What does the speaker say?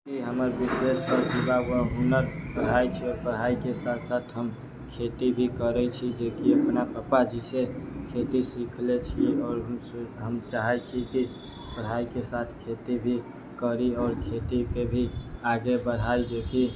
इ हमर विशेष प्रतिभा वा हुनर पढ़ाई छै आओर पढ़ाई के साथ साथ हम खेती भी करै छी जेकि अपना पप्पा जी से खेती सीखले छी आओर हम चाहै छी की पढ़ाई के साथ खेती भी करी आओर खेती पे भी आगे बढ़ी जेकि